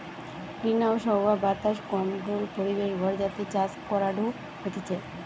greenhouse হাওয়া বাতাস controlled পরিবেশ ঘর যাতে চাষ করাঢু হতিছে